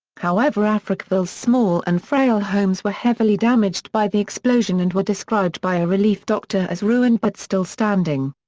however africville's small and frail homes were heavily damaged by the explosion and were described by a relief doctor as ruined but still standing.